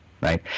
right